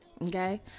okay